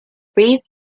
brief